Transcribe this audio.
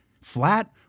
flat